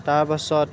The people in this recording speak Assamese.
তাৰপাছত